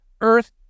Earth